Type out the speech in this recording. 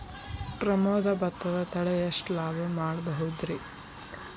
ಪ್ರಮೋದ ಭತ್ತದ ತಳಿ ಎಷ್ಟ ಲಾಭಾ ಮಾಡಬಹುದ್ರಿ?